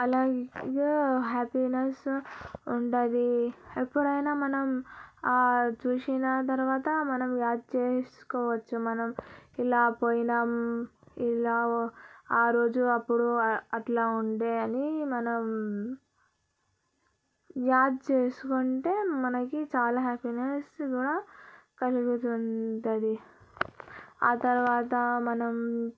చాలా ఇదిగా హ్యాపీనెస్ ఉండాది ఎప్పుడైనా మనం చూసిన తర్వాత మనం యాద్ చేసుకోవచ్చు మనం ఇలా పోయినం ఇలా ఆరోజు అప్పుడు అట్లా ఉండే అని మనం యాద్ చేసుకుంటే మనకి చాలా హ్యాపీనెస్ కూడా కలుగుతుంటుంది ఆ తర్వాత మనం